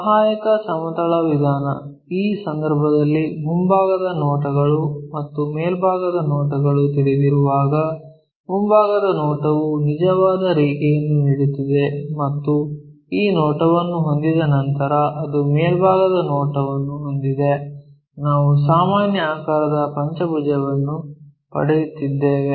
ಸಹಾಯಕ ಸಮತಲ ವಿಧಾನ ಈ ಸಂದರ್ಭದಲ್ಲಿ ಮುಂಭಾಗದ ನೋಟಗಳು ಮತ್ತು ಮೇಲ್ಭಾಗದ ನೋಟಗಳು ತಿಳಿದಿರುವಾಗ ಮುಂಭಾಗದ ನೋಟವು ನಿಜವಾದ ರೇಖೆಯನ್ನು ನೀಡುತ್ತಿದೆ ಮತ್ತು ಈ ನೋಟವನ್ನು ಹೊಂದಿದ ನಂತರ ಅದು ಮೇಲ್ಭಾಗದ ನೋಟವನ್ನು ಹೊಂದಿದೆ ನಾವು ಸಾಮಾನ್ಯ ಆಕಾರದ ಪಂಚಭುಜವನ್ನು ಪಡೆಯುತ್ತಿದ್ದೇವೆ